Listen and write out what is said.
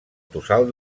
tossal